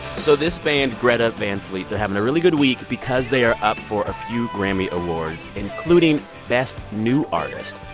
so this band, greta van fleet, they're having a really good week because they are up for a few grammy awards, including best new artist,